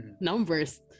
numbers